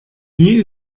wie